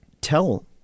tell